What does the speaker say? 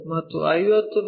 ಮತ್ತು 50 ಮಿ